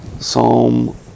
Psalm